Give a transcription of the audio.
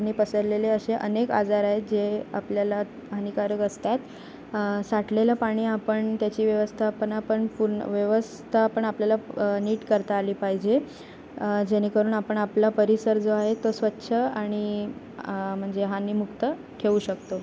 आणि पसरलेले असे अनेक आजार आहेत जे आपल्याला हानिकारक असतात साठलेलं पाणी आपण त्याची व्यवस्थापना पण पूर्ण व्यवस्था पण आपल्याला नीट करता आली पाहिजे जेणेकरून आपण आपला परिसर जो आहे तो स्वच्छ आणि म्हणजे हानीमुक्त ठेवू शकतो